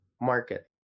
market